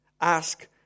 Ask